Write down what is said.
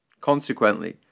Consequently